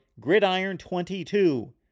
Gridiron22